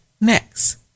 next